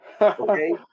okay